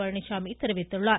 பழனிசாமி தெரிவித்துள்ளார்